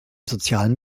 sozialen